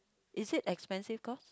is it expensive course